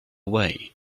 way